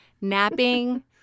napping